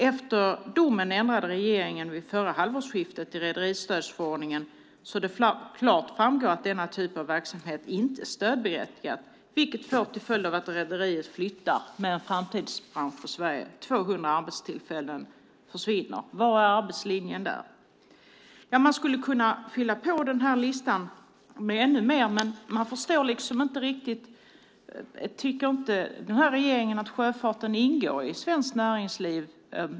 Efter domen ändrade regeringen vid förra halvårsskiftet i rederistödsförordningen så att det klart framgår att denna typ av verksamhet inte är stödberättigad, vilket får till följd att rederiet flyttar, en framtidsbransch för Sverige. 200 arbetstillfällen försvinner. Var är arbetslinjen där? Ja, man skulle kunna fylla på listan med ännu mer. Men jag förstår liksom inte riktigt om den här regeringen inte tycker att sjöfarten ingår i svenskt näringsliv.